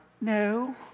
no